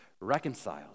reconciled